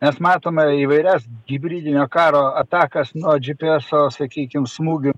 nes matome įvairias hibridinio karo atakas nuo gps o sakykime smūgių